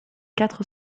quatre